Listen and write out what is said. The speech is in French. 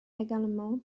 également